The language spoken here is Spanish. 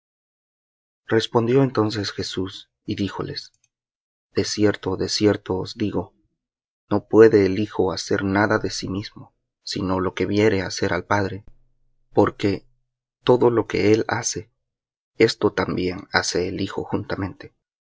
respondió entonces jesús y díjoles de cierto de cierto os digo no puede el hijo hacer nada de sí mismo sino lo que viere hacer al padre porque todo lo que él hace esto también hace el hijo juntamente